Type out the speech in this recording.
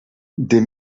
des